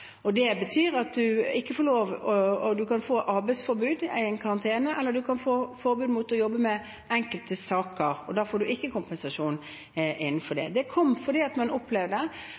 Det betyr at man kan få arbeidsforbud, en karantene, eller man kan få forbud mot å jobbe med enkelte saker, og da får man ikke kompensasjon. Dette kom fordi man opplevde